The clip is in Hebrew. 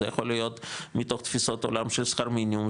זה יכול להיות מתוך תפיסות עולם של שכר מינימום,